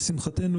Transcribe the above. לשמחתנו,